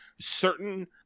certain